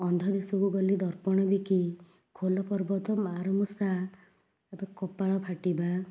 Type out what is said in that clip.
ଅନ୍ଧ ଦେଶକୁ ଗଲି ଦର୍ପଣ ବିକି ଖୋଲ ପର୍ବତ ମାର ମୂଷା ତାପରେ କପାଳ ଫାଟିବା